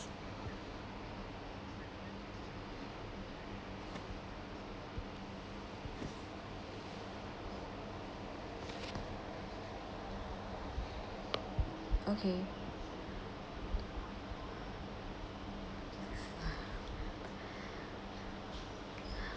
okay